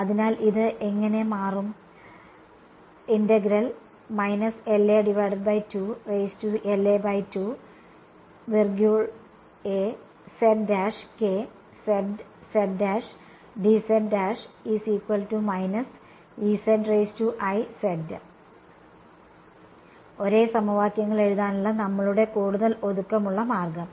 അതിനാൽ ഇത് ഇങ്ങനെ മാറും ഒരേ സമവാക്യങ്ങൾ എഴുതാനുള്ള നമ്മളുടെ കൂടുതൽ ഒതുക്കമുള്ള മാർഗം